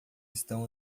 estão